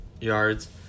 Yards